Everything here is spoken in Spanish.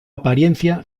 apariencia